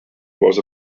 was